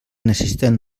necessiten